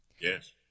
Yes